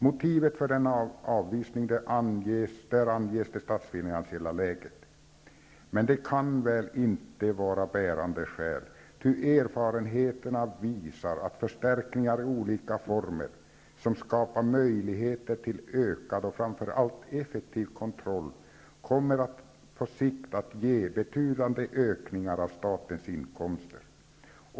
Motivet för denna avvisning anges vara det statsfinansiella läget. Det kan väl inte vara bärande skäl, ty erfarenheterna visar att förstärkningar i olika former, som skapar möjligheter till ökad och framför allt effektiv kontroll, på sikt kommer att ge betydande ökningar av statens inkomster.